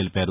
తెలిపారు